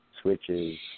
switches